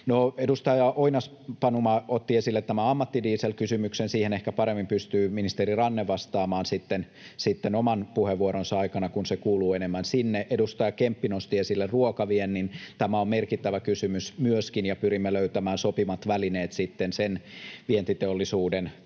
edustaja Oinas-Panuma otti esille tämän ammattidieselkysymyksen. Siihen ehkä paremmin pystyy ministeri Ranne vastaamaan oman puheenvuoronsa aikana, kun se kuuluu enemmän sinne. Edustaja Kemppi nosti esille ruokaviennin. Tämä on merkittävä kysymys myöskin, ja pyrimme löytämään sopivat välineet sen vientiteollisuuden tukemiseksi